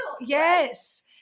yes